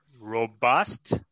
Robust